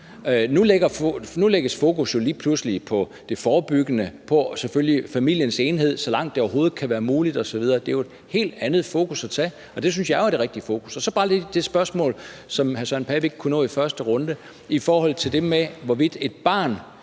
Nu lægges fokus jo lige pludselig på det forebyggende – på at bevare familiens enhed, så længe det overhovedet kan være muligt. Det er jo et helt andet fokus at tage, og det synes jeg er det rigtige fokus. Så er der bare lige det spørgsmål, som hr. Søren Pape Poulsen ikke kunne nå i første runde, i forhold til det med, hvorvidt et barn